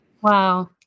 Wow